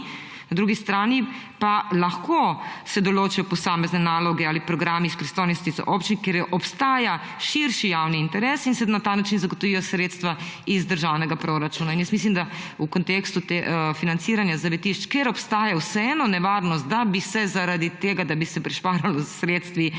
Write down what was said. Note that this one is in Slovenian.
na drugi strani pa se lahko določijo posamezne naloge ali programi iz pristojnosti občin, kjer obstaja širši javni interes, in se na ta način zagotovijo sredstva iz državnega proračuna. In mislim, da v kontekstu financiranja zavetišč, kjer obstaja vseeno nevarnost, da bi se zaradi tega, da bi se prišparalo s sredstvi,